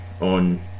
on